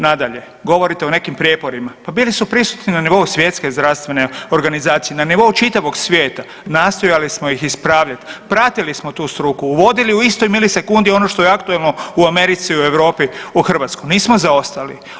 Nadalje, govorite o nekim prijeporima, pa bili su prisutni na nivou Svjetske zdravstvene organizacije, na nivou čitavog svijeta, nastojali smo ih ispravljat, pratili smo tu struku, uvodili u istoj milisekundi ono što je aktualno u Americi, u Europi, u Hrvatskoj, nismo zaostali.